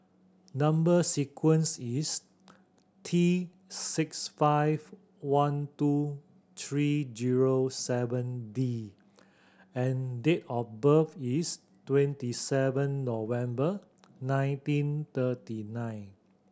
number sequence is T six five one two three zero seven D and date of birth is twenty seven November nineteen thirty nine